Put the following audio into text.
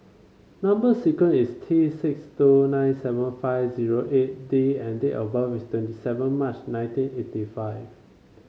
number sequence is T six two nine seven five zero eight D and date of birth is twenty seven March nineteen eighty five